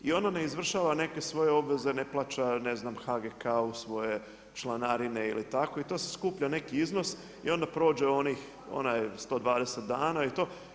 I ono ne izvršava neke svoje obaveze, ne plaća ne znam, HGK-u svoje članarine ili tako i to se skuplja neki iznos i onda prođe 120 dana i to.